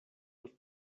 los